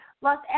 Los